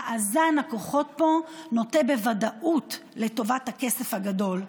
מאזן הכוחות פה נוטה בוודאות לטובת הכסף הגדול,